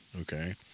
Okay